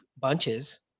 bunches